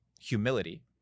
Humility